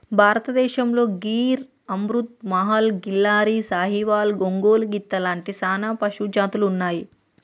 భారతదేసంతో గిర్ అమృత్ మహల్, కిల్లారి, సాహివాల్, ఒంగోలు గిత్త లాంటి సానా పశుజాతులు ఉన్నాయి